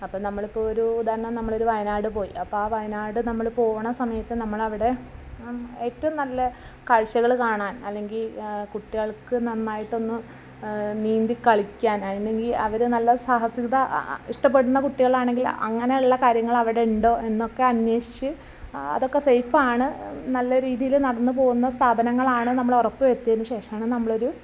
അപ്പം നമ്മളിപ്പോൾ ഓരോ ഇതുതന്നെ നമ്മളൊരു വയനാട് പോയി അപ്പം ആ വയനാട് നമ്മൾ പോകണ സമയത്ത് നമ്മളവിടെ ഏറ്റവും നല്ല കാഴ്ച്ചകൾ കാണാൻ അല്ലെങ്കിൽ കുട്ടികൾക്ക് നന്നായിട്ടൊന്ന് നീന്തി കളിക്കാൻ ആയിരുന്നെങ്കിൽ അവർ നല്ല സാഹസികത ഇഷ്ടപ്പെടുന്ന കുട്ടികളാണെങ്കിൽ അങ്ങനെയുള്ള കാര്യങ്ങൾ അവിടെയുണ്ടോ എന്നൊക്കെ അന്വേഷിച്ച് അതൊക്കെ സേയ്ഫാണ് എന്നുള്ള രീതിയിൽ നടന്നു പോകുന്ന സ്ഥാപനങ്ങളാണ് നമ്മൾ ഉറപ്പ് വരുത്തിയതിന് ശേഷമാണ് നമ്മളൊരു